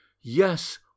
Yes